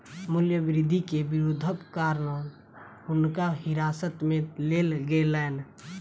मूल्य वृद्धि के विरोधक कारण हुनका हिरासत में लेल गेलैन